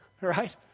right